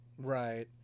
Right